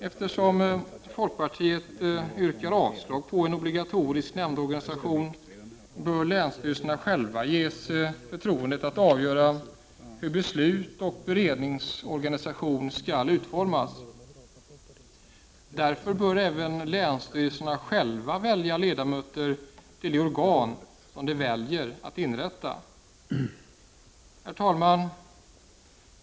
Eftersom folkpartiet yrkar avslag på en obligatorisk nämndorganisation bör länsstyrelserna själva ges förtroendet att avgöra hur beslut och beredningsorganisation skall utformas. Därför bör även länsstyrelserna själva välja ledamöter till de organ som de väljer att inrätta. Herr talman!